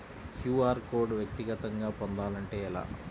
QR code వ్యక్తిగతంగా పొందాలంటే ఎలా?